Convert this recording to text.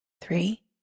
Three